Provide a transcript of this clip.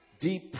deep